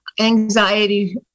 anxiety